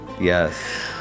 Yes